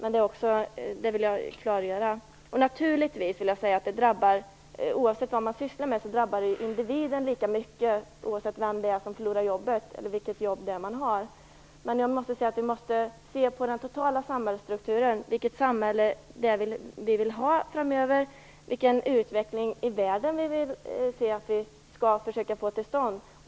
Naturligtvis drabbar det individen lika mycket oavsett vad man sysslar med och oavsett vem det är som förlorar jobbet. Men vi måste se på den totala samhällsstrukturen, vilket samhälle vi vill ha framöver, vilken utveckling i världen vi försöker få till stånd.